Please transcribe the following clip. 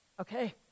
okay